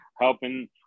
helping